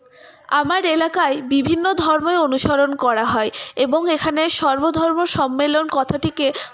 আমার এলাকায় বিভিন্ন ধর্মই অনুসরণ করা হয় এবং এখানে সর্ব ধর্ম সম্মেলন কথাটিকে